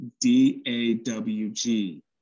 d-a-w-g